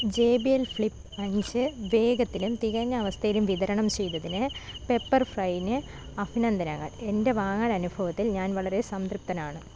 J B L flip അഞ്ച് വേഗത്തിലും തികഞ്ഞ അവസ്ഥയിലും വിതരണം ചെയ്തതിന് പെപ്പർഫ്രൈയിന് അഭിനന്ദനങ്ങൾ എൻ്റെ വാങ്ങൽ അനുഭവത്തിൽ ഞാൻ വളരെ സംതൃപ്തനാണ്